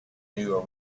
new